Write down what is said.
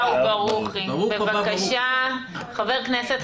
חבר כנסת